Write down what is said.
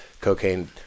Cocaine